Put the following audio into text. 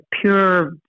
pure